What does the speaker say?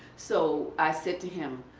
so i said to him